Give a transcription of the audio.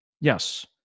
Yes